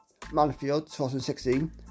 manfield2016